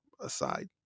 aside